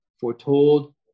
foretold